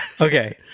Okay